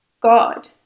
God